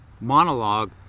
monologue